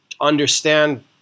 understand